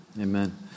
Amen